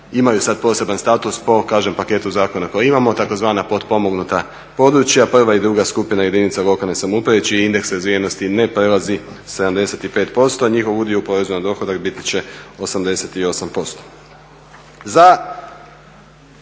imaju sad poseban status po kažem paketu zakona koji imamo tzv. potpomognuta područja prva i druga skupina jedinica lokalne samouprave čiji indeks razvijenosti ne prelazi 75%. Njihov udio u porezu na dohodak biti će 88%.